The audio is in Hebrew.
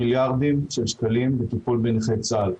מיליארדים של שקלים לטיפול בנכי צה"ל.